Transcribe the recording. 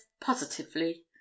positively